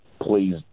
please